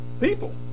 people